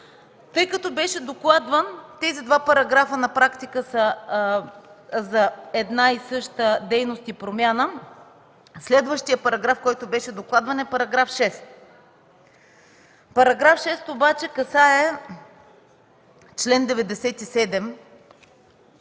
Тъй като тези два параграфа на практика са за една и съща дейност и промяна, следващият параграф, който беше докладван, е § 6. Параграф 6 обаче касае чл. 97